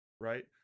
Right